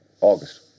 August